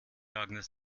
agnes